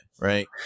right